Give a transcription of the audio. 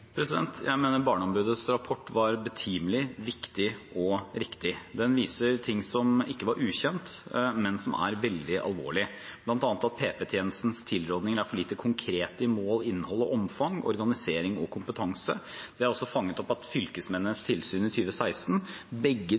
Jeg mener Barneombudets rapport var betimelig, viktig og riktig. Den viser noe som ikke var ukjent, men som er veldig alvorlig, bl.a. at PP-tjenestens tilrådninger er for lite konkrete i mål, innhold, omfang, organisering og kompetanse. Det er også fanget opp i fylkesmennenes tilsyn i 2016. Begge